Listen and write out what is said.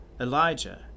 Elijah